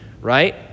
right